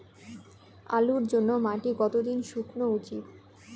আলুর জন্যে মাটি কতো দিন শুকনো উচিৎ?